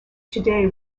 today